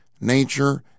nature